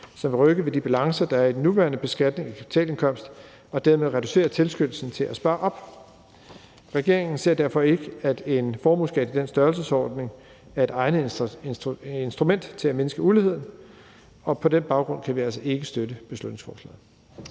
som vil rykke ved de balancer, der er i den nuværende beskatning af kapitalindkomst, og dermed reducere tilskyndelsen til at spare op. Regeringen ser derfor ikke, at en formueskat i den størrelsesorden er et egnet instrument til at mindske uligheden, og på den baggrund kan vi altså ikke støtte beslutningsforslaget.